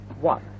One